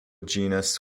genus